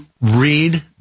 Read